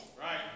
Right